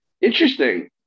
Interesting